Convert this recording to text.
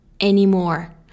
anymore